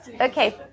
Okay